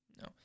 No